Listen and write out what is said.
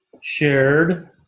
Shared